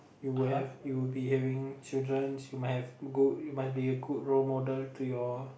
you will have you will be having childrens you might have you must be a good role model to your